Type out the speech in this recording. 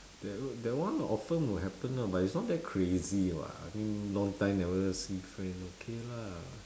that o~ that one often would happen lah but it's not that crazy [what] I mean long time never see friend okay lah